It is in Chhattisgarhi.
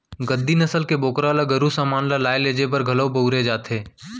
गद्दी नसल के बोकरा ल गरू समान ल लाय लेजे बर घलौ बउरे जाथे